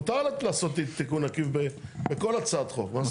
מותר לעשות תיקון עקיף בכל הצעת חוק.